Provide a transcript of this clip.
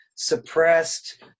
suppressed